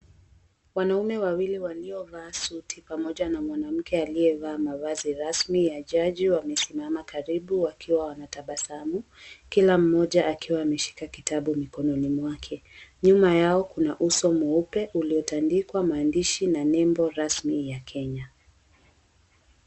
Wanaume wawili waliovaa suti na mwanamke mmoja aliyevalia mavazi rasmi za jaji wamesimama karibu wakiwa wanatabasamu Kila mmoja akiwa ameshika kitabu mkononi mwake nyuma yao kuna uso mweupe uliotandikwa maandishi na nembo rasmi ya Kenya.